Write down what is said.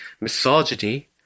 misogyny